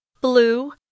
blue